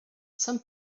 some